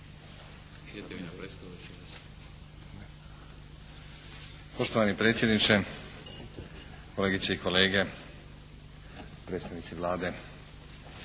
Poštovani predsjedniče, kolegice i kolege, predstavnici Vlade.